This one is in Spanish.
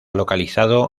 localizado